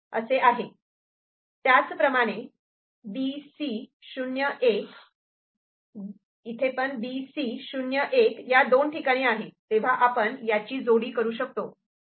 त्याचप्रमाणे B C 0 1 B C 0 1 या दोन ठिकाणी आहे तेव्हा आपण याची जोडी करू शकतो